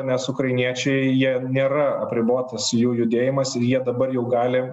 nes ukrainiečiai jie nėra apribotas jų judėjimas ir jie dabar jau gali